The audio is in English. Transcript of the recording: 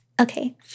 Okay